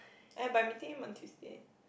I by meeting him on Tuesday